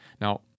Now